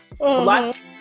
Lots